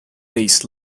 days